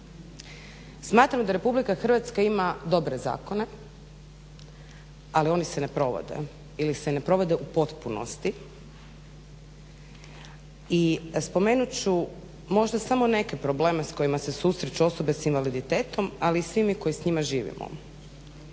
Smatram da RH ima dobre zakone ali oni se ne provode ili se ne provode u potpunosti. I spomenut ću možda samo neke probleme s kojima se susreću osobe s invaliditetom ali i svi mi koji s njima živimo.